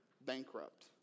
bankrupt